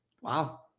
Wow